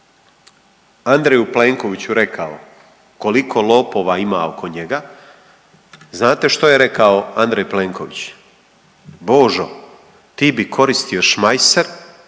Andreju Plenkoviću rekao koliko lopova ima oko njega znate što je rekao Andrej Plenković? Božo ti bi koristio šmajser,